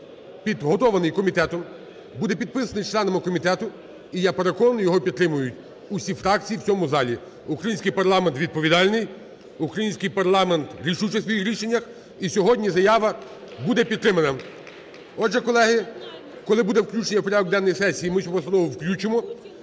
підготовлений комітетом буде підписаний членами комітету і я переконаний його підтримають всі фракції в цьому залі. Український парламент відповідальний, український парламент рішучий в своїх рішеннях. І сьогодні заява буде підтримана. Отже, колеги, коли буде включення в порядок денний сесії, ми цю постанову